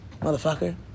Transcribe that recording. motherfucker